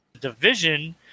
division